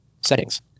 Settings